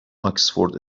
آکسفورد